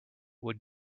would